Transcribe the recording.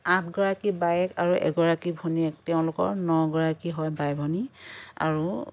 আঠগৰাকী বায়েক আৰু এগৰাকী ভনীয়েক তেওঁলোকৰ ন গৰাকী হয় বাই ভনী আৰু